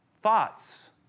thoughts